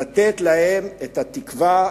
לתת להם את התקווה,